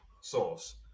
Source